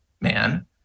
man